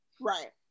Right